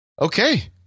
okay